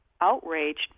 outraged